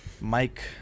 Mike